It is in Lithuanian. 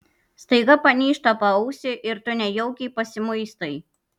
staiga panyžta paausį ir tu nejaukiai pasimuistai